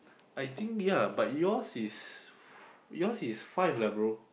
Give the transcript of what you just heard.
I think ya but yours is yours is five lah bro